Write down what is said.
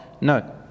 No